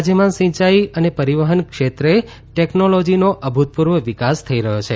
રાજ્યમાં સિંચાઇ અને પરિવહન ક્ષેત્રે ટેકનોલોજીનો અભૂતપૂર્વ વિકાસ થઇ રહ્યો છે